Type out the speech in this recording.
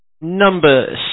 Number